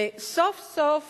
וסוף-סוף